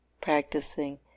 practicing